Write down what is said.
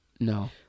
No